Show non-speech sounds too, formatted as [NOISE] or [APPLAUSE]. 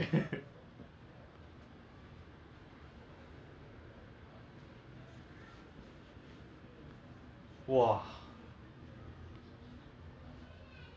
ya he he's he wasn't actually the [one] who killed everyone in the orphanage it was actually his other friend but I think it was just wrong wrongly um [NOISE]